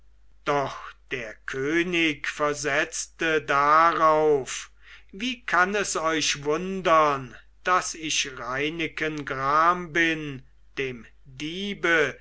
doch der könig versetzte darauf wie kann es euch wundern daß ich reineken gram bin dem diebe